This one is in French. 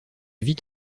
vit